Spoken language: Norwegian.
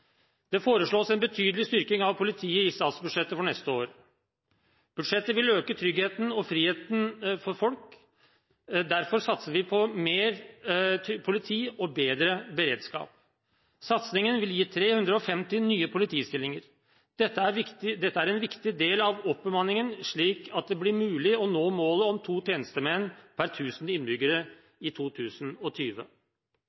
Det foreslås en betydelig styrking av politiet i statsbudsjettet for neste år. Budsjettet vil øke tryggheten og friheten for folk. Derfor satser vi på mer politi og bedre beredskap. Satsingen vil gi 350 nye politistillinger. Dette er en viktig del av oppbemanningen, slik at det blir mulig å nå målet om to tjenestemenn per 1 000 innbyggere